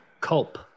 culp